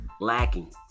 lacking